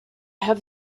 have